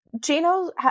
Gino